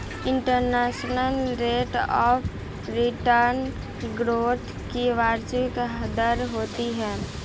internal rate of return growth की वार्षिक दर होती है